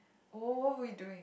oh what were we doing